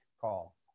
call